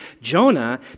Jonah